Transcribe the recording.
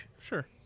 sure